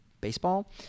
baseball